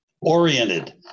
oriented